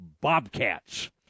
Bobcats